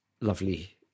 lovely